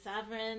sovereign